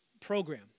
program